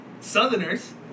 Southerners